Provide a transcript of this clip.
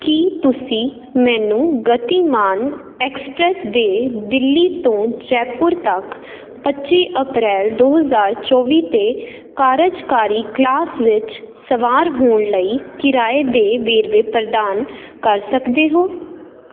ਕੀ ਤੁਸੀਂ ਮੈਨੂੰ ਗਤੀਮਾਨ ਐਕਸਪ੍ਰੈਸ ਦੇ ਦਿੱਲੀ ਤੋਂ ਜੈਪੁਰ ਤੱਕ ਪੱਚੀ ਅਪ੍ਰੈਲ ਦੋ ਹਜ਼ਾਰ ਚੋਵੀ 'ਤੇ ਕਾਰਜਕਾਰੀ ਕਲਾਸ ਵਿੱਚ ਸਵਾਰ ਹੋਣ ਲਈ ਕਿਰਾਏ ਦੇ ਵੇਰਵੇ ਪ੍ਰਦਾਨ ਕਰ ਸਕਦੇ ਹੋ